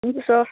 हुन्छ सर